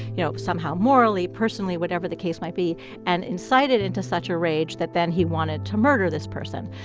you know, somehow morally, personally whatever the case might be and incited into such a rage that then he wanted to murder this person.